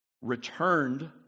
returned